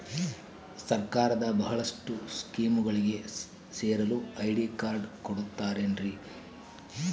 ಸರ್ಕಾರದ ಬಹಳಷ್ಟು ಸ್ಕೇಮುಗಳಿಗೆ ಸೇರಲು ಐ.ಡಿ ಕಾರ್ಡ್ ಕೊಡುತ್ತಾರೇನ್ರಿ?